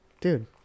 dude